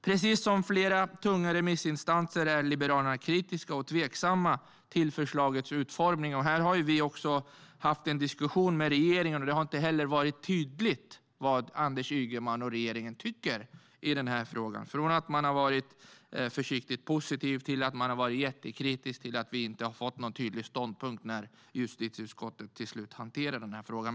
Precis som flera tunga remissinstanser är Liberalerna kritiska och tveksamma till förslagets utformning. Här har vi också haft en diskussion med regeringen. Det har inte varit tydligt vad Anders Ygeman och regeringen tycker i den här frågan. Från att ha varit försiktigt positiv har man blivit jättekritisk, och när justitieutskottet till slut hanterar frågan har vi inte fått någon tydlig ståndpunkt.